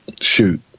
shoot